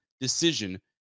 decision